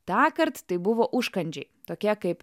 tąkart tai buvo užkandžiai tokie kaip